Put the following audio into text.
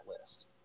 list